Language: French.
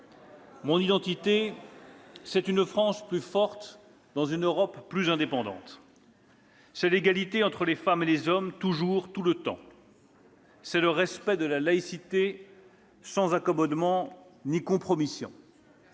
Mon identité, c'est une France plus forte dans une Europe plus indépendante. C'est l'égalité entre les femmes et les hommes, toujours, tout le temps. C'est le respect de la laïcité, sans accommodement ni compromission.